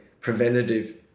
preventative